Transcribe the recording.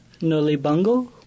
Nolibungo